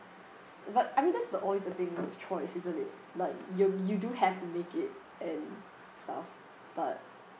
but I mean that's the always the thing with choice isn't it like yo~ you do have to make it and stuff but